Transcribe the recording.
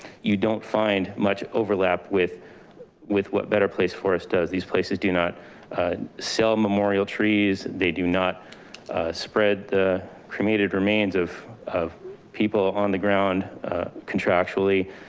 you don't find much overlap with with what better place forest does. these places do not sell memorial trees. they do not spread the cremated remains of of people on the ground contractually.